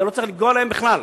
זה לא צריך לפגוע בהם בכלל.